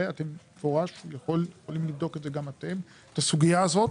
אתם יכולים לבדוק את הסוגיה הזאת